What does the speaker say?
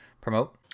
promote